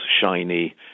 shiny